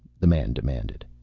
the man demanded.